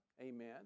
amen